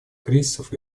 кризисов